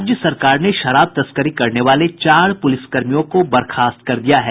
राज्य सरकार ने शराब तस्करी करने वाले चार पुलिसकर्मियों को बर्खास्त कर दिया है